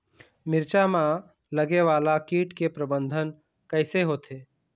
मिरचा मा लगे वाला कीट के प्रबंधन कइसे होथे?